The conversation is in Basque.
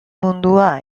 mundua